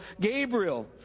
gabriel